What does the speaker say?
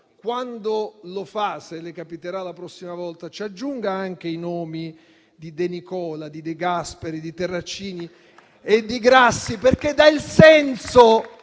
quando lo fa, se le capiterà, la prossima volta ci aggiunga anche i nomi di De Nicola, De Gasperi, Terracini e Grassi, perché danno il senso